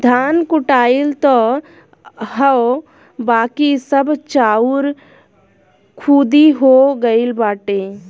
धान कुटाइल तअ हअ बाकी सब चाउर खुद्दी हो गइल बाटे